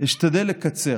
"אשתדל לקצר.